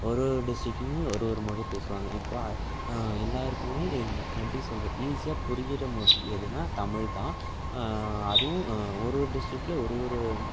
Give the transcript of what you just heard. ஒரு ஒரு டிஸ்ட்டிக்குமே ஒரு ஒரு மொழி பேசுவாங்க இப்போது எல்லாருக்குமே எப்படி சொல்கிறது ஈஸியாக புரிகிற மொழி எதுனால் தமிழ் தான் அதுவும் ஒரு ஒரு டிஸ்ட்டிக்கிலயுமே ஒரு ஒரு